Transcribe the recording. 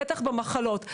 בטח במחלות.